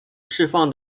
释放